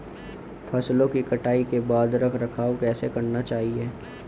फसलों की कटाई के बाद रख रखाव कैसे करना चाहिये?